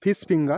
fish finger